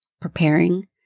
preparing